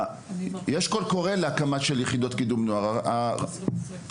יש קול קורא להקמה של יחידות קידום נוער והרבה פעמים,